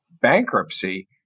bankruptcy